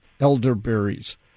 Elderberries